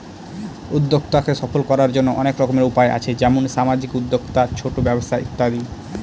উদ্যক্তাকে সফল করার জন্য অনেক রকম উপায় আছে যেমন সামাজিক উদ্যোক্তা, ছোট ব্যবসা ইত্যাদি